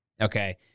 Okay